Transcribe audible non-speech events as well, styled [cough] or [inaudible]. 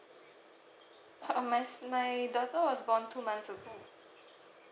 [laughs] my s~ my daughter was born two months ago